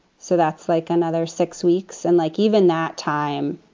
so that's like another six weeks. and like even that time,